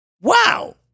wow